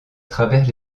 travers